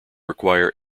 require